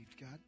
God